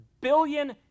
billion